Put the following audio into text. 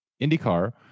IndyCar